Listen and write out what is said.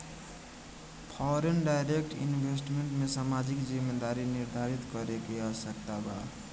foreign direct investment में सामाजिक जिम्मेदारी निरधारित करे के आवस्यकता बा